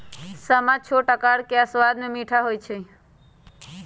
समा छोट अकार आऽ सबाद में मीठ होइ छइ